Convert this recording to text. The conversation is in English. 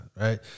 Right